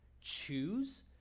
choose